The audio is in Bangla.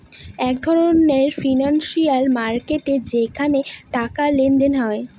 এক ধরনের ফিনান্সিয়াল মার্কেট যেখানে টাকার লেনদেন হয়